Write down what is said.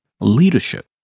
leadership